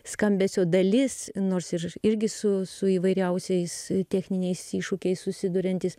skambesio dalis nors ir irgi su su įvairiausiais techniniais iššūkiais susiduriantys